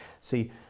See